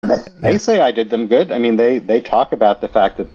They say I did them good, I mean, they talk about the fact that...